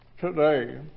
today